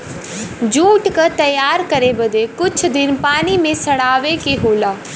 jute क तैयार करे बदे कुछ दिन पानी में सड़ावे के होला